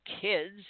kids